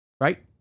Right